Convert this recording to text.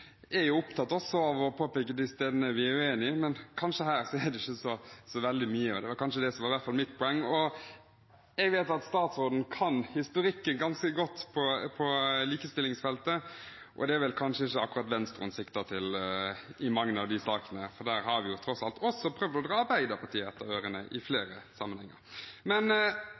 er opptatt av også å påpeke de stedene vi er uenige om, men her er det kanskje ikke så veldig mye. Det var i hvert fall mitt poeng. Jeg vet at statsråden kan historikken ganske godt på likestillingsfeltet, og det er kanskje ikke akkurat Venstre hun sikter til i mange av de sakene, for der har vi tross alt også prøvd å dra Arbeiderpartiet etter ørene i flere sammenhenger.